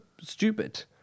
stupid